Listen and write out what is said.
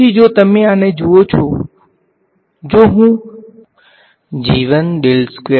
તેથી જો તમે આને જુઓ જો હું લખવાનો પ્રયત્ન કરું તો હું તે કોના બરાબર લખીશ